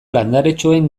landaretxoen